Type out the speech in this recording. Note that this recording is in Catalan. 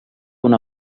una